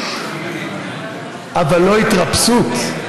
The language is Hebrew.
אבל לא התרפסות,